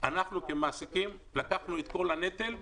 אנחנו כמעסיקים לקחנו את כל הנטל,